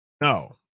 no